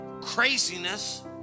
craziness